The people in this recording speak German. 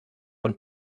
von